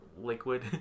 liquid